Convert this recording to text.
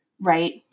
Right